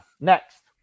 Next